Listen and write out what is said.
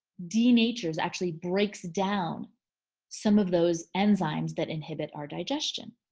denatures actually breaks down some of those enzymes that inhibit our digestion.